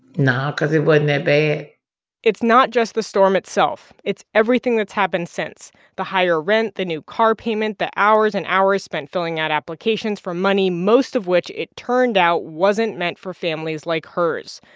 no, cause it wasn't that bad it's not just the storm itself. it's everything that's happened since the higher rent, the new car payment, the hours and hours spent filling out applications for money, most of which, it turned out, wasn't meant for families like hers.